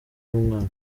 w’umwaka